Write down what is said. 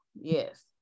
yes